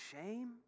shame